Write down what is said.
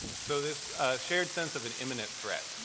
so this shared sense of an imminent threat,